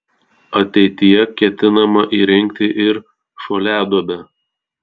ateityje ketinama įrengti ir šuoliaduobę